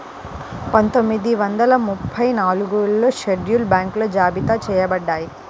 పందొమ్మిది వందల ముప్పై నాలుగులో షెడ్యూల్డ్ బ్యాంకులు జాబితా చెయ్యబడ్డాయి